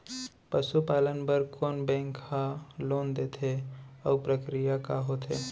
पसु पालन बर कोन बैंक ह लोन देथे अऊ प्रक्रिया का होथे?